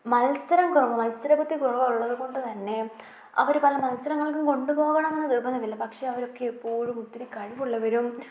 മത്സരം കുറവ് മത്സരബുദ്ധി കുറവ് ഉള്ളത് കൊണ്ട് തന്നെ അവർ പല മത്സരങ്ങൾക്കും കൊണ്ടുപോകണമെന്ന് നിർബന്ധമില്ല പക്ഷേ അവരൊക്കെ എപ്പോഴും ഒത്തിരി കഴിവുള്ളവരും